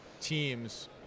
teams